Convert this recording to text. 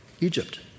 Egypt